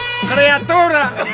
criatura